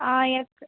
ஆ எனக்கு